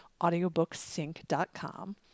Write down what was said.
audiobooksync.com